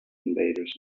invaders